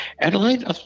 Adelaide